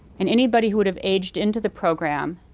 and anybody who would have aged into the program,